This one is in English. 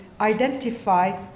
identify